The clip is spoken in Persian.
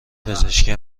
پزشکی